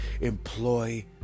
employ